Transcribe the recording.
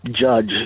judge